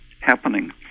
happening